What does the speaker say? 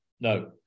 no